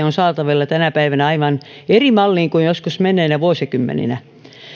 on saatavilla tänä päivänä aivan eri malliin kuin joskus menneinä vuosikymmeninä